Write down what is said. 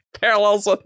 parallels